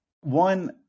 one